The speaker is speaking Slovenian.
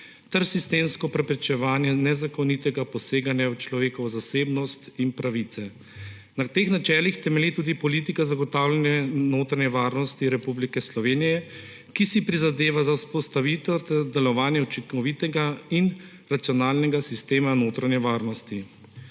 ter sistemsko preprečevanje nezakonitega poseganja v človekovo zasebnost in pravice. Na teh načelih temelji tudi politika zagotavljanja notranje varnosti Republike Slovenije, ki si prizadeva za vzpostavitev ter delovanje učinkovitega in racionalnega sistema notranje varnosti.